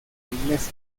iglesia